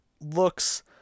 Looks